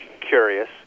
curious